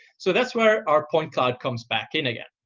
so that's where our point cloud comes back in again.